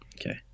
Okay